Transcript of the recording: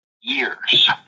years